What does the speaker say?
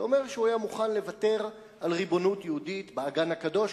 שאומר שהוא היה מוכן לוותר על ריבונות יהודית באגן הקדוש,